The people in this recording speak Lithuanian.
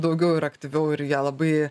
daugiau ir aktyviau ir jie labai